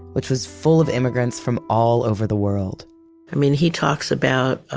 which was full of immigrants from all over the world i mean, he talks about